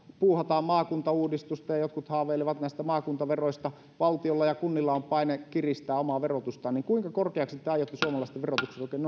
puuhataan maakuntauudistusta ja jotkut haaveilevat näistä maakuntaveroista valtiolla ja kunnilla on paine kiristää omaa verotustaan niin kuinka korkeaksi te aiotte suomalaisten verotuksen oikein